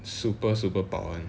super super 饱 [one]